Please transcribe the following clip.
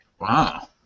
Wow